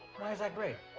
why is that great?